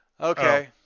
Okay